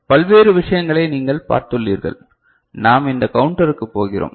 பல்வேறு விஷயங்களை நீங்கள் பார்த்துள்ளீர்கள் நாம் இந்த கவுண்டருக்குப் போகிறோம்